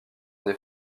des